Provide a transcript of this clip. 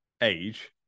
age